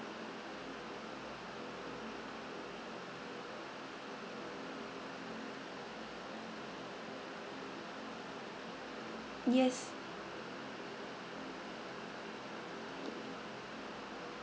yes